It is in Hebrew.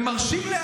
הם רק מרוויחים מזה.